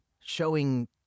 showing